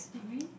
did we